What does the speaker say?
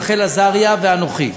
רחל עזריה ואנוכי.